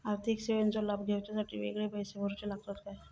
आर्थिक सेवेंचो लाभ घेवच्यासाठी वेगळे पैसे भरुचे लागतत काय?